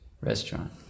restaurant